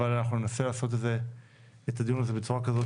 אבל אנחנו ננסה לעשות את הדיון הזה בצורה כזאת